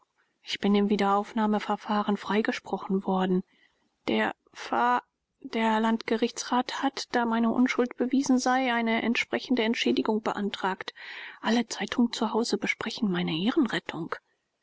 ich bin im wiederaufnahmeverfahren freigesprochen worden der va der landgerichtsrat hat da meine unschuld bewiesen sei eine entsprechende entschädigung beantragt alle zeitungen zu hause besprechen meine ehrenrettung